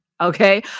Okay